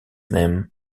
named